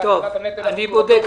שאלת אותי למה אני פה,